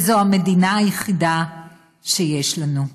וזאת המדינה היחידה שיש לנו.